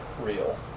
real